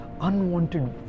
unwanted